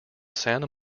santa